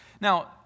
Now